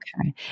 Okay